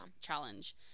challenge